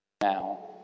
Now